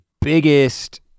biggest